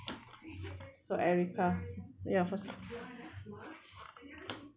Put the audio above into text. so erica ya of course